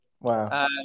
wow